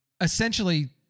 essentially